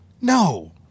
No